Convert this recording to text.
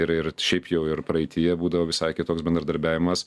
ir ir šiaip jau ir praeityje būdavo visai kitoks bendradarbiavimas